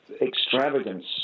extravagance